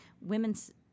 women's